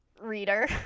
reader